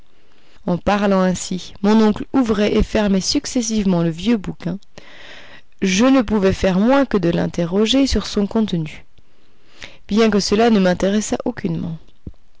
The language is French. en parlant ainsi mon oncle ouvrait et fermait successivement le vieux bouquin je ne pouvais faire moins que de l'interroger sur son contenu bien que cela ne m'intéressât aucunement